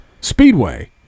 Speedway